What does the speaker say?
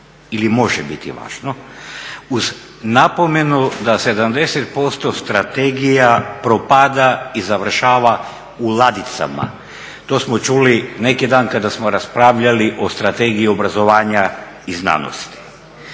ili može biti važno uz napomenu da 70% strategija propada i završava u ladicama. To smo čuli neki dan kada smo raspravljali o strategiji obrazovanja i znanosti.